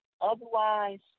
Otherwise